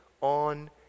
on